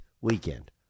weekend